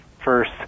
first